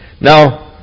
Now